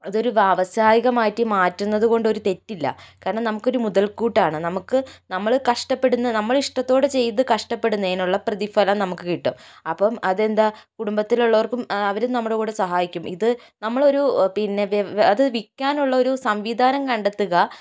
അത് ഒരു വ്യാവസായികമായി മാറ്റുന്നത് കൊണ്ട് ഒരു തെറ്റില്ല കാരണം നമുക്ക് ഒരു മുതൽക്കൂട്ടാണ് നമുക്ക് നമ്മൾ കഷ്ടപ്പെടുന്ന നമ്മൾ ഇഷ്ടത്തോടെ ചെയ്ത കഷ്ടപ്പെടുന്നതിനുള്ള പ്രതിഫലം നമുക്ക് കിട്ടും അപ്പൊ അത് എന്താ കുടുംബത്തിൽ ഉള്ളവർക്കും അവരും നമ്മുടെ കൂടെ സഹായിക്കും ഇത് നമ്മൾ ഒരു പിന്നെ അത് വ്യ വിക്കാനുള്ള ഒരു സംവിധാനം കണ്ടെത്തുക